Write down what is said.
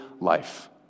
life